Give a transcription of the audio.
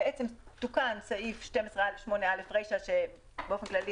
בעצם תוקן סעיף 12(8)(א) שבאופן כללי